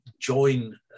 join